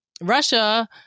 Russia